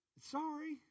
Sorry